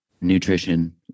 nutrition